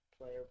Player